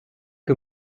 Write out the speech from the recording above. que